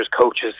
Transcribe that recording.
coaches